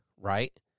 right